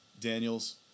Daniel's